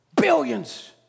Billions